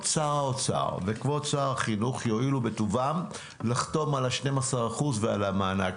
שר האוצר וכבוד שר החינוך יואילו בטובם לחתום על ה-12% ועל המענק.